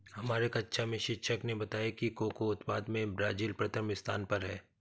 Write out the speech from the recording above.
हमारे कक्षा में शिक्षक ने बताया कि कोको उत्पादन में ब्राजील प्रथम स्थान पर है